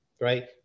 right